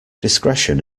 discretion